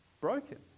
broken